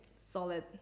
solid